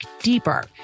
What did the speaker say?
deeper